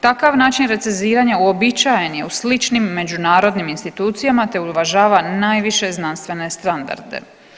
Takav način recenziranja uobičajen je u sličnim međunarodnim institucijama te uvažava najviše znanstvene standarde.